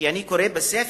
כי אני קורא בספר